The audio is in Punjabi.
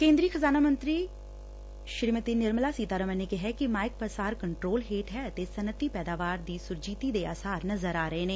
ਕੇਂਦਰੀ ਖ਼ਜਾਨਾ ਮੰਤਰੀ ਸ੍ਰੀਮਤੀ ਨਿਰਮਲਾ ਸੀਤਾਰਮਨ ਨੇ ਕਿਹੈ ਕਿ ਮਾਇਕ ਪਸਾਰ ਕੰਟਰੋਲ ਹੇਠ ਐ ਅਤੇ ਸੱਨਅਤੀ ਪੈਦਾਵਾਰ ਦੀ ਸੁਰਜੀਤੀ ਦੇ ਆਸਾਰ ਨਜ਼ਰ ਆ ਰਹੇ ਨੇ